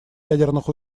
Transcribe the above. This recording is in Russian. ядерных